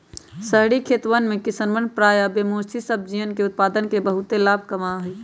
शहरी खेतवन में किसवन प्रायः बेमौसमी सब्जियन के उत्पादन से बहुत लाभ कमावा हई